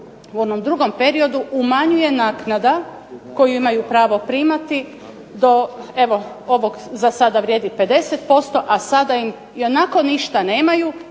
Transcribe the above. u onom drugom periodu umanjuje naknada koju imaju pravo primati do evo ovog zasada vrijedi 50%, a sada im, ionako ništa nemaju,